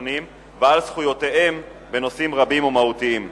השונים ועל זכויותיהם בנושאים רבים ומהותיים.